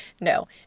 No